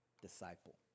disciple